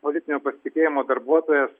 politinio pasitikėjimo darbuotojas